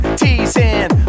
teasing